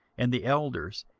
and the elders,